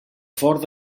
fort